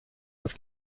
dass